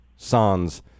sans